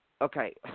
okay